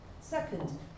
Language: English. Second